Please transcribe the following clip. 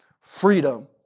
freedom